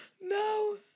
No